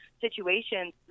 situations